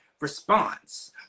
response